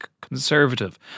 conservative